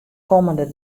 kommende